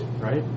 Right